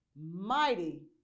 mighty